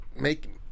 make